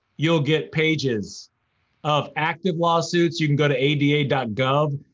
you'll get pages of active lawsuits, you can go to ada ada gov.